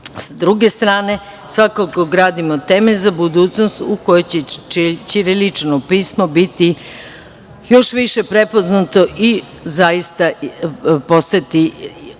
druge strane, svakako gradimo temelj za budućnost u kojoj će ćirilično pismo biti još više prepoznato i zaista postati i